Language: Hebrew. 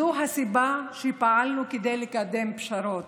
זו הסיבה שפעלנו כדי לקדם פשרות,